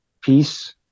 peace